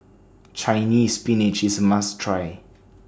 Chinese Spinach IS A must Try